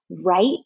right